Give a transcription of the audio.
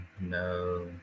No